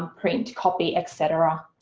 um print, copy etc.